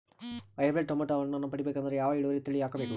Hybrid tomato ಹಣ್ಣನ್ನ ಪಡಿಬೇಕಂದರ ಯಾವ ಇಳುವರಿ ತಳಿ ಹಾಕಬೇಕು?